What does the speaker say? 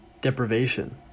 deprivation